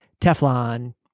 Teflon